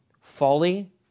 Folly